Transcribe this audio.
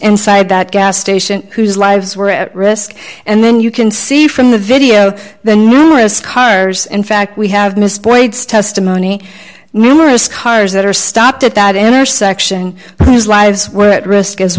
inside that gas station whose lives were at risk and then you can see from the video the numerous cars in fact we have misplaced testimony numerous cars that are stopped at that intersection there's lives